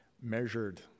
measured